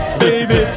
baby